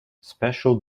special